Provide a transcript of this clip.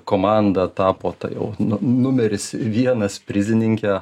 komanda tapo ta jau nu numeris vienas prizininke